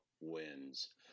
wins